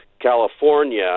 California